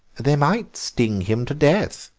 they might sting him to death,